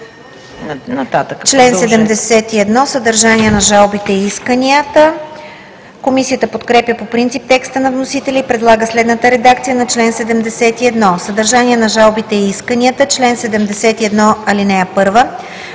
„Член 71 – Съдържание на жалбите и исканията“. Комисията подкрепя по принцип текста на вносителя и предлага следната редакция на чл. 71: „Съдържание на жалбите и исканията Чл. 71. (1)